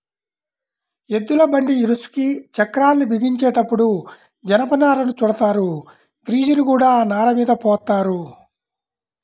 ఎద్దుల బండి ఇరుసుకి చక్రాల్ని బిగించేటప్పుడు జనపనారను చుడతారు, గ్రీజుని కూడా ఆ నారమీద పోత్తారు